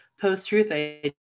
post-truth